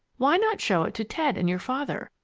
why not show it to ted and your father?